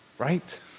Right